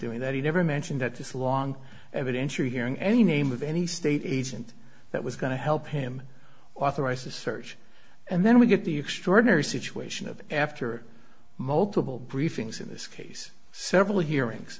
doing that he never mentioned that this long evidentiary hearing any name of any state agent that was going to help him authorize a search and then we get the extraordinary situation of after multiple briefings in this case several hearings